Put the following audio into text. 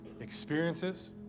experiences